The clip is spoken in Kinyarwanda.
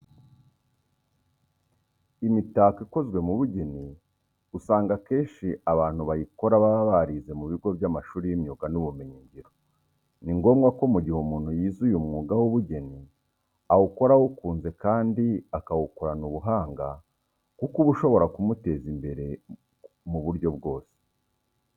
Imitako ikozwe mu bugeni usanga akenshi abantu bayikora baba barize mu bigo by'amashuri y'imyuga n'ubumenyingiro. Ni ngombwa ko mu gihe umuntu yize uyu mwuga w'ubugeni, awukora awukunze kandi akawukorana ubuhanga kuko uba ushobora kumuteza imbere mu buryo bwose.